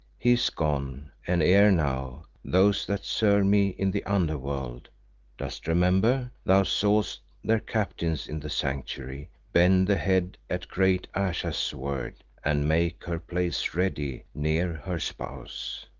he is gone, and ere now, those that serve me in the under-world dost remember thou sawest their captains in the sanctuary bend the head at great ayesha's word and make her place ready near her spouse.